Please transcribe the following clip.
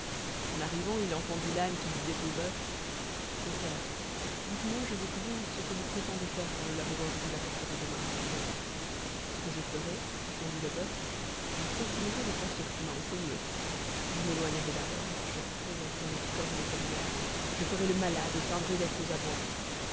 en arrivant il entendit l'âne qui disait au boeuf compère dites-moi je vous prie ce que vous prétendez faire quand le laboureur vous apportera demain à manger ce que je ferai répondit le boeuf je continuerai de faire ce que tu m'as enseigné je m'éloignerai d'abord je présenterai mes cornes comme hier je ferai le malade et feindrai d'être aux abois